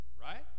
right